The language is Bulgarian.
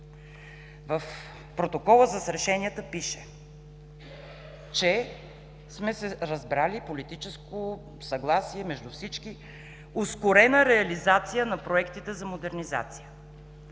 В протокола с решенията пише, че: „сме се разбрали и има политическо съгласие между всички за ускорена реализация на проектите за модернизация“.